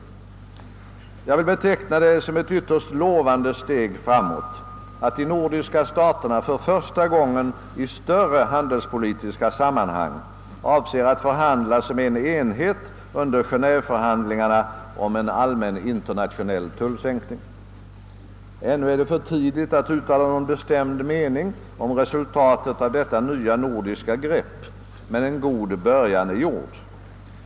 Jag vill be teckna det som ett ytterst lovande steg framåt att de nordiska staterna för första gången i större handelspolitiska sammanhang avser att förhandla som en enhet under Genéveförhandlingarna om en allmän internationell tullsänkning. Ännu är det för tidigt att uttala någon bestämd mening om resultatet av detta nya nordiska grepp, men en god början är gjord.